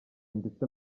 ndetse